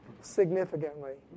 significantly